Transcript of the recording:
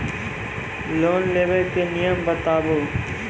Loan लेबे के नियम बताबू?